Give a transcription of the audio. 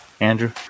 Andrew